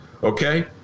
Okay